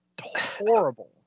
horrible